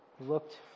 looked